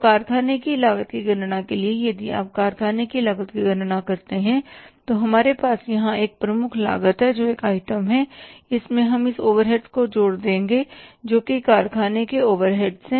तो कारखाने की लागत की गणना के लिए यदि आप कारखाने की लागत की गणना करते हैं तो हमारे पास यहां एक प्रमुख लागत है जो एक आइटम है और इसमें हम इस ओवरहेड्स को जोड़ देंगे जो कारखाने के ओवरहेड हैं